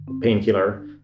painkiller